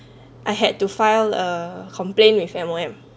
I had to file a complaint with M_O_M